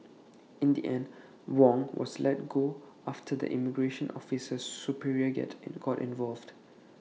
in the end Wong was let go after the immigration officer's superior got involved